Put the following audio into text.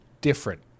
different